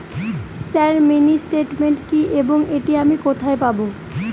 Sir mini statement কি এবং এটি আমি কোথায় পাবো?